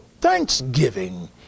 thanksgiving